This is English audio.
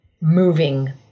moving